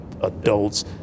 adults